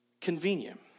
Convenient